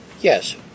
Yes